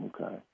Okay